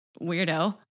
weirdo